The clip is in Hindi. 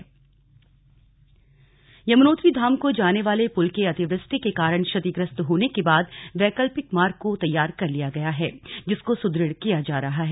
निर्माण यमुनोत्री धाम को जाने वाले पुल के अतिवृष्टि के कारण क्षतिग्रस्त होने के बाद वैकल्पिक मार्ग को तैयार कर लिया गया है जिसको सुदृढ़ किया जा रहा है